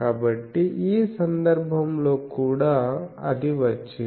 కాబట్టి ఈ సందర్భంలో కూడా అది వచ్చింది